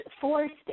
forced